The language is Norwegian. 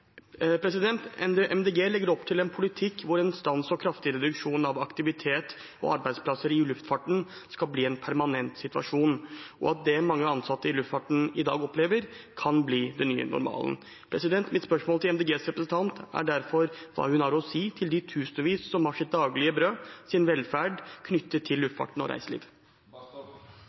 legger opp til en politikk der en stans og kraftig reduksjon i aktivitet og arbeidsplasser i luftfarten skal bli en permanent situasjon, og at det mange ansatte i luftfarten i dag opplever, kan bli den nye normalen. Mitt spørsmål til Miljøpartiet De Grønnes representant er derfor hva hun har å si til de tusenvis som har sitt daglige brød og sin velferd knyttet til luftfarten og